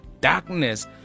darkness